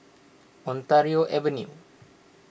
Ontario Avenue